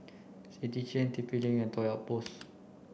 City Chain T P link and Toy Outpost